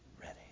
ready